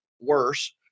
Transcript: worse